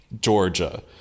Georgia